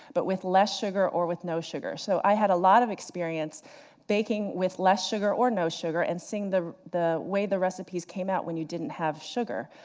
but with less sugar or with no sugar. so i had a lot of experience baking with less sugar or no sugar, and seeing the the way the recipes came out when you didn't have sugar.